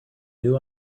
new